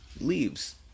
leaves